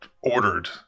ordered